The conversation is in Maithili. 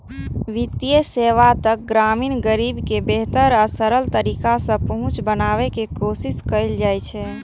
वित्तीय सेवा तक ग्रामीण गरीब के बेहतर आ सरल तरीका सं पहुंच बनाबै के कोशिश कैल जाइ छै